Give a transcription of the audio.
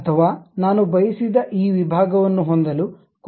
ಅಥವಾ ನಾನು ಬಯಸಿದ ಈ ವಿಭಾಗವನ್ನು ಹೊಂದಲು ಕೋನವನ್ನು ಬದಲಾಯಿಸಬೇಕೇ